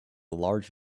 large